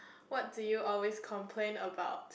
what do you always complain about